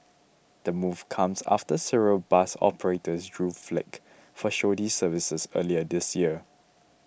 the move comes after several bus operators drew flak for shoddy services earlier this year